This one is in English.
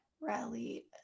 rally